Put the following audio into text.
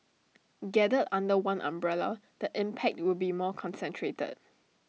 gathered under one umbrella the impact will be more concentrated